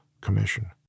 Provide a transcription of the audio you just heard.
Commission